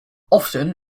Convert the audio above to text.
often